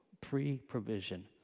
pre-provision